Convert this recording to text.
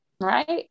right